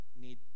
need